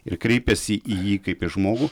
ir kreipiasi į jį kaip žmogų